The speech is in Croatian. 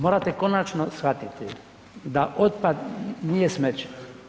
Morate konačno shvatiti da otpad nije smeće.